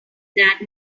that